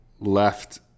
left